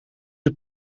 een